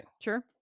sure